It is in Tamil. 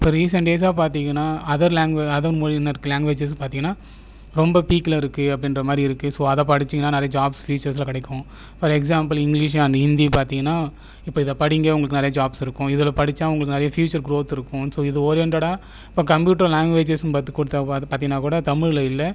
இப்போ ரீசன்ட் டேஸ்ஸாக பார்த்தீங்கனா அதர் லேங்குவேஜ் அதர் மொழியினருக்கு லேங்குவேஜஸ் பார்த்தீங்கனா ரொம்ப பீக்கில் இருக்குது அப்படின்ற மாதிரி இருக்குது ஸோ அதை படிச்சுங்கனா நிறைய ஜாப்ஸ் ஃபயூச்சர்ஸ்சில் கிடைக்கும் for example English and Hindi பார்த்தீங்கனா இப்போ இதை படிங்கள் உங்களுக்கு நிறைய ஜாப்ஸ் இருக்கும் இதில் படித்தா உங்களுக்கு நிறைய ஃப்யூச்சர் க்ரோத் இருக்கும் ஸோ இது ஓரியன்டட்டாக இப்போ கம்ப்யூட்டர் லேங்குவேஜஸ்ஸும் பார்த்தீங்கனா கூட தமிழில் இல்லை